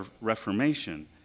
Reformation